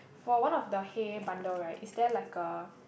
for one of the hay bundle right is there like a